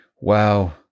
Wow